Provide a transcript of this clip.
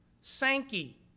Sankey